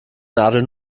nadel